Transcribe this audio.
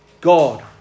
God